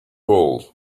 old